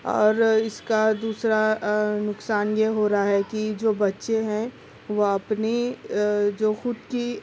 اور اِس کا دوسرا نقصان یہ ہو رہا ہے کہ جو بچے ہیں وہ اپنی جو خود کی